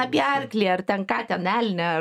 apie arklį ar ten ką ten elnią